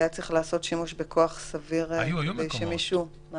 היה צריך לעשות שימוש בכוח סביר כדי שמישהו ---?